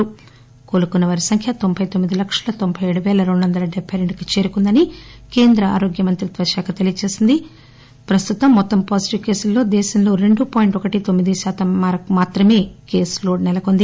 మొత్తం కోలుకున్న వారి సంఖ్య తోంబై తొమ్మిది లక్షల తొంభై ఏడు పేల రెండు వంద డెబ్బై రెండు కి చేరుకుందని కేంద్ర ఆరోగ్య మంత్రిత్వ శాఖ తెలియజేసింది ప్రస్తుతం మొత్తం పాజిటివ్ కేసుల్లో దేశంలో రెండు పాయింట్ ఒకటి తొమ్మిది శాతం మేరకు మాత్రమే కేసు లోడ్ నెలకొంది